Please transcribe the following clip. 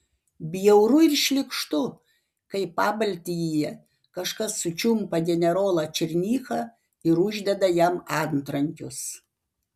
bjauru ir šlykštu kai pabaltijyje kažkas sučiumpa generolą černychą ir uždeda jam antrankius